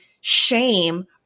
shame